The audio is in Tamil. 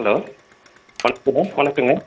ஹலோ வணக்கம் சார் வணக்கங்க